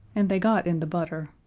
and they got in the butter.